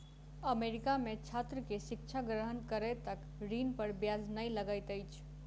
America में छात्र के शिक्षा ग्रहण करै तक ऋण पर ब्याज नै लगैत अछि